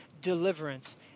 deliverance